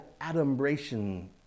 adumbration